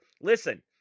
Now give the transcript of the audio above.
listen